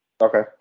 Okay